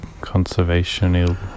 conservation